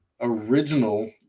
original